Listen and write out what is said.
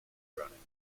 running